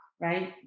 right